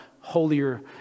holier